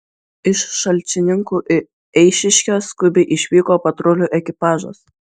iš šalčininkų į eišiškes skubiai išvyko patrulių ekipažas